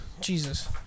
Jesus